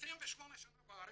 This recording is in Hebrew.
אני 28 שנה בארץ,